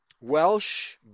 Welsh